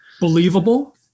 believable